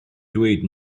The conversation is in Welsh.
dweud